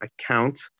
account